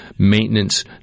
maintenance